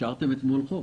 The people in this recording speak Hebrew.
אישרתם אתמול חוק.